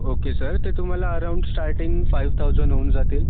okay sir ते तुम्हाला around starting five thousand होऊन जातील